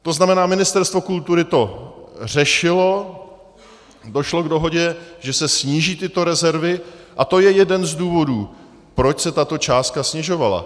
To znamená, Ministerstvo kultury to řešilo, došlo k dohodě, že se sníží tyto rezervy, a to je jeden z důvodů, proč se tato částka snižovala.